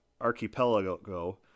Archipelago